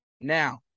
now